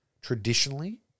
traditionally